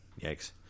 yikes